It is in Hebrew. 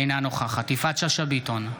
אינה נוכחת יפעת שאשא ביטון,